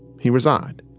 he resigned.